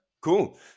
cool